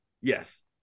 Yes